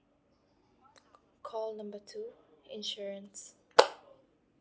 call number two insurance